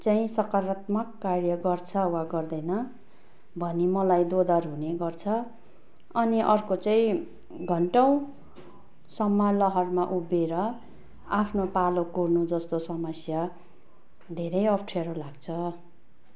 चाहिँ सकरात्मक कार्य गर्छ वा गर्दैन भनी मलाई दोधार हुने गर्छ अनि अर्को चाहिँ घण्टौसम्म लहरमा उभिएर आफ्नो पालो कुर्नु जस्तो समस्या धेरै अप्ठ्यारो लाग्छ